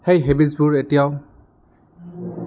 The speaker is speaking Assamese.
সেই হেবিটছবোৰ এতিয়াও